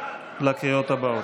לקריאות הבאות.